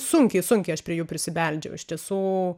sunkiai sunkiai aš prie jų prisibeldžiau iš tiesų